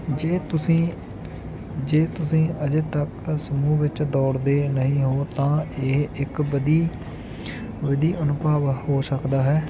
ਜੇ ਤੁਸੀਂ ਜੇ ਤੁਸੀਂ ਅਜੇ ਤੱਕ ਸਮੂਹ ਵਿੱਚ ਦੌੜਦੇ ਨਹੀਂ ਹੋ ਤਾਂ ਇਹ ਇੱਕ ਵਧੀ ਵਧੀ ਅਨੁਭਵ ਹੋ ਸਕਦਾ ਹੈ